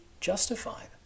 justified